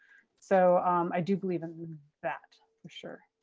so i do believe in that. for sure.